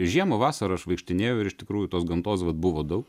žiemą vasarą aš vaikštinėjau ir iš tikrųjų tos gamtos vat buvo daug